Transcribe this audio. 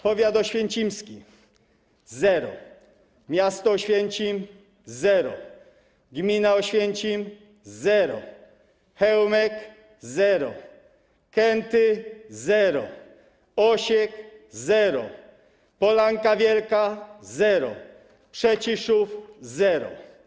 Powiat oświęcimski - zero, miasto Oświęcim - zero, gmina Oświęcim - zero, Chełmek - zero, Kęty - zero, Osiek - zero, Polanka Wielka - zero, Przeciszów - zero.